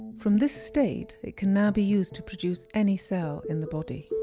from this state it can now be used to produce any cell in the body.